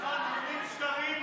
אומרים פה שקרים,